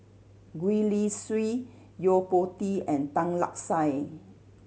Gwee Li Sui Yo Po Tee and Tan Lark Sye